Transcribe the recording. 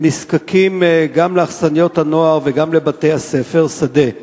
נזקקים גם לאכסניות הנוער וגם לבתי-ספר שדה.